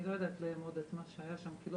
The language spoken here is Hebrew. אני לא יודעת לאמוד מה היה שם כי לא